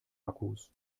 akkus